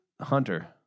Hunter